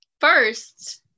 First